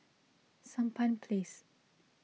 Sampan Place